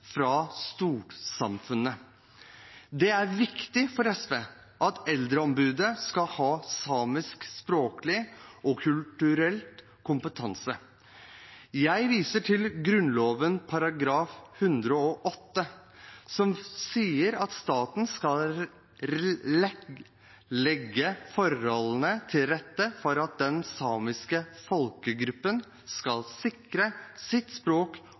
fra storsamfunnet. Det er viktig for SV at Eldreombudet skal ha samisk språklig og kulturell kompetanse. Jeg viser til Grunnloven § 108, som sier at staten skal legge forholdene til rette for at den samiske folkegruppen skal sikre sitt språk